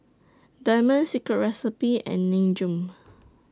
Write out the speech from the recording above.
Diamond Secret Recipe and Nin Jiom